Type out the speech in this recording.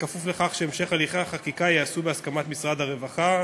בכפוף לכך שהמשך הליכי החקיקה יהיה בהסכמת משרדי הרווחה,